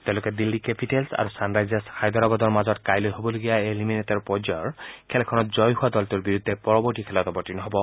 তেওঁলোকে দিন্নী কেপিটেলচ আৰু চানৰাইজাৰ্ছ হায়দৰাবাদৰ মাজত কাইলৈ হ'বলগীয়া এলিমিনেটৰ পৰ্যায়ৰ খেলখনত জয়ী হোৱা দলটোৰ বিৰুদ্ধে পৰৱৰ্তী খেলত অৱৰ্তীণ হ'ব